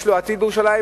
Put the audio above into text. יש לו עתיד בירושלים,